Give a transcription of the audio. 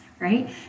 right